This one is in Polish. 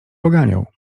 poganiał